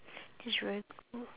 that's very cool